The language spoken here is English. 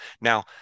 Now